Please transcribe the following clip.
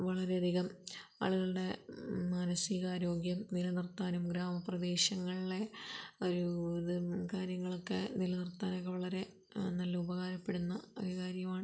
വളരെയധികം ആളുകളുടെ മാനസിക ആരോഗ്യം നിലനിർത്താനും ഗ്രാമപ്രദേശങ്ങളിലെ ഒരു ഇത് കാര്യങ്ങളൊക്കെ നിലനിർത്താനൊക്കെ വളരെ നല്ല ഉപകാരപ്പെടുന്ന ഒരു കാര്യമാണ്